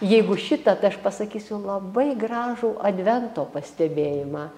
jeigu šita tai aš pasakysiu labai gražų advento pastebėjimą